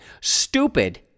Stupid